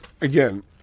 again